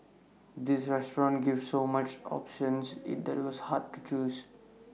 the restaurant gave so many choices that IT was hard to choose